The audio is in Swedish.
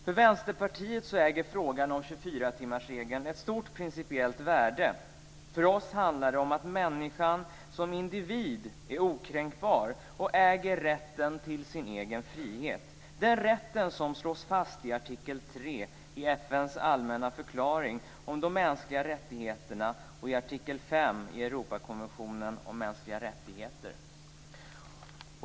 För Vänsterpartiet äger frågan om 24-timmarsregeln ett stort principiellt värde. För oss handlar det om att människan som individ är okränkbar och äger rätten till sin egen frihet, den rätt som slås fast i artikel 3 i FN:s allmänna förklaring om de mänskliga rättigheterna och i artikel 5 i Europakonventionen om mänskliga rättigheter.